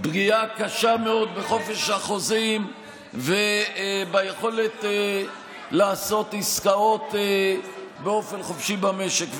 פגיעה קשה מאוד בחופש החוזים וביכולת לעשות עסקאות באופן חופשי במשק.